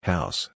House